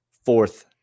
fourth